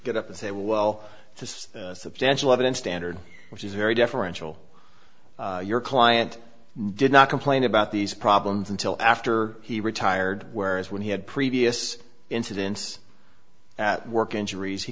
get up and say well there's substantial evidence standard which is very deferential your client did not complain about these problems until after he retired whereas when he had previous incidents that work injuries he